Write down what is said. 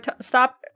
stop